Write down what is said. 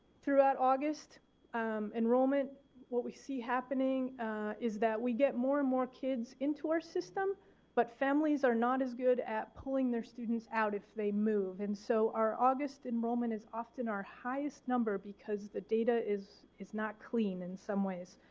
throughout august enrollment what we see happening is that we get more and more kids into our system but families are not as good at pulling their students out if they move. and so our august enrollment is often our highest number because the data is is not clean in some ways.